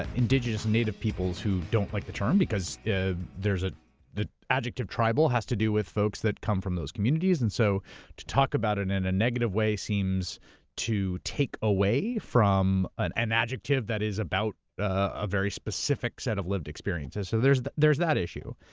indigenous native peoples who don't like the term because there's. ah the adjective tribal has to do with folks that come from those communities and so to talk about it in a negative way, seems to take away from an an adjective that is about a very specific set of lived experiences. so there's that there's that issue.